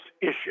issue